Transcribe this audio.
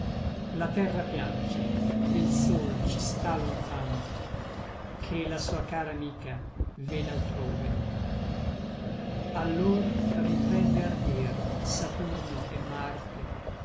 la terra piange e l sol ci sta lontano che la sua cara amica ved'altrove allor riprende ardir saturno et marte